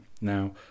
Now